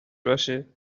باشه